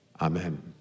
Amen